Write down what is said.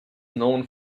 known